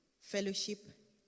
fellowship